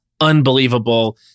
unbelievable